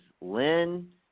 Lynn